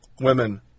women